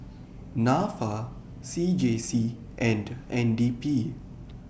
Nafa C J C and N D P